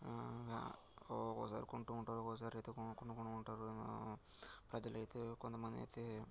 ఒక్కసారి కొంటూ ఉంటారు ఒక్కసారి అయితే కొనకుండా కూడా ఉంటారు ప్రజలు అయితే కొంతమంది అయితే